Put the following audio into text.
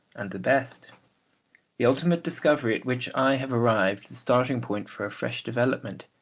and the best the ultimate discovery at which i have arrived, the starting-point for a fresh development.